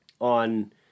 on